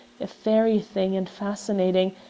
a fairy thing and fascinating,